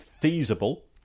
feasible